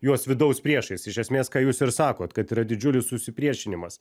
juos vidaus priešais iš esmės ką jūs ir sakot kad yra didžiulis susipriešinimas